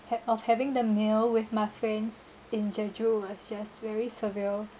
ha~ of having the meal with my friends in jeju was just very surreal